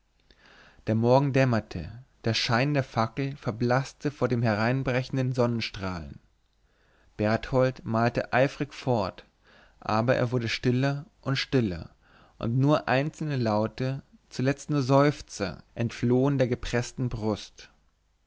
der morgen dämmerte der schein der fackel verblaßte vor den hereinbrechenden sonnenstrahlen berthold malte eifrig fort aber er wurde stiller und stiller und nur einzelne laute zuletzt nur seufzer entflohen der gepreßten brust